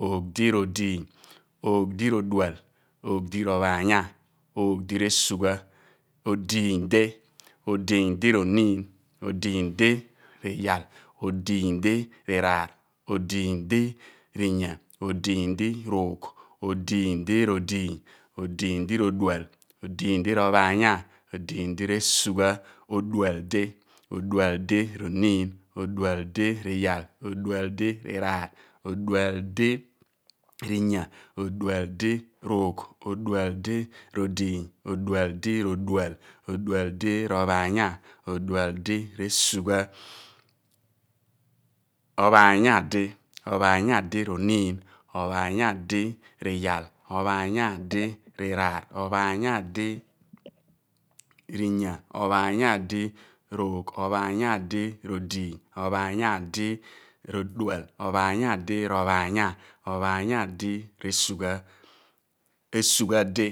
Oogh di r'odiiny oogh di r'odual oogh di r'ophaanya, oogh di r'esugha odiiny di odiiny di r'oniin odiiny di r'iyal odiiny di r'iraar odiiny di r'inya odiiny di r'oogh odiiny di r'odiiny odiiny di r'odual odiiny di r'ophaanya odiiny di r'esugha odual di odual di r'omin odual di r'iyal odual di r'iraar odual di r'inya odual di r'oogh odual di r'odiiny odual di r'odual odual di r'ophaanya odual di r'esugha ophaanya di ophaanya di r'oniin ophaanya di r'iyal ophaanya di r'iraar ophaanya di r'inya ophaanya di r'oogh ophaanya di r'odiiny ophaanya di r'odual ophaanya di r'ophaanya ophaanya di r'esugha di